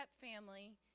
family